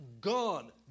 Gone